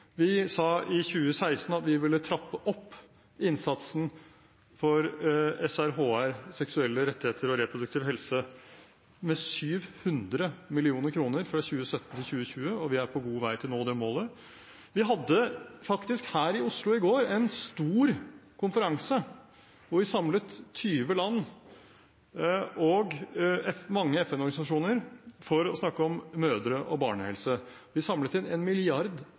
Vi sa i 2016 at vi ville trappe opp innsatsen for SRHR, Nasjonalt nettverk for seksuell og reproduktiv helse og rettigheter, med 700 mill. kr fra 2017 til 2020, og vi er på god vei til å nå det målet. Vi hadde faktisk i går her i Oslo en stor konferanse hvor vi samlet 20 land og mange FN-organisasjoner for å snakke om mødre og barnehelse. Vi samlet inn